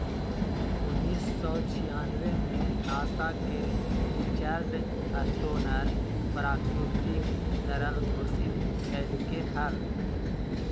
उन्नीस सौ छियानबे में नासा के रिचर्ड स्टोनर प्राकृतिक तरल घोषित कइलके हल